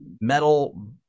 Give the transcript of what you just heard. metal